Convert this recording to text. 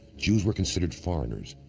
jews were considered foreigners,